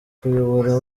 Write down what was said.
kuyobora